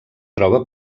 troba